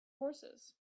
horses